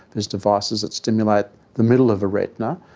there's devices that stimulate the middle of a retina.